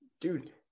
Dude